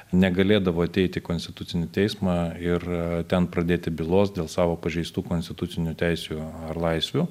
negalėdavo ateiti konstitucinį teismą ir ten pradėti bylos dėl savo pažeistų konstitucinių teisių ar laisvių